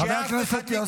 חבר הכנסת יוסף.